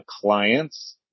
clients